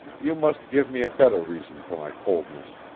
you must give me a better reason for my coldness.